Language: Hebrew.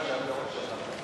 משפט.